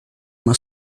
uma